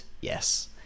yes